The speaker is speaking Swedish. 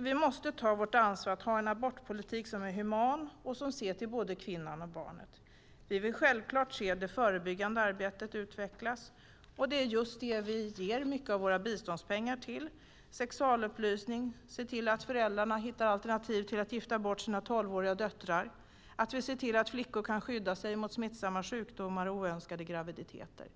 Vi måste därför ta vårt ansvar att ha en abortpolitik som är human och som ser till både kvinnan och barnet. Vi vill självklart se det förebyggande arbetet utvecklas, och det är just det som vi ger mycket av våra biståndspengar till. Vi vill se till att det ges sexualupplysning, att föräldrar hittar alternativ till att gifta bort sina tolvåriga döttrar och att flickor kan skydda sig mot smittsamma sjukdomar och oönskade graviditeter.